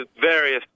various